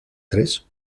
tres